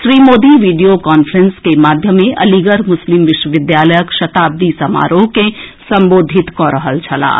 Shri Modi video conference के माध्यमे अलीगढ़ मुस्लिम विश्वविद्यालयक शताब्दी समारोह के संबोधित कऽ रहल छलाह